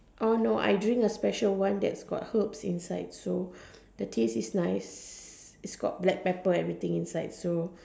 orh no I drink a special one that's got herbs inside so the taste is nice it's got black pepper everything inside so